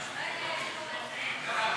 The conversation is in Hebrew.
אנחנו עוברים עכשיו להצבעה על